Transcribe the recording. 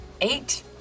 eight